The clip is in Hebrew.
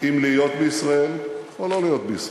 אם להיות בישראל או לא להיות בישראל.